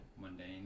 mundane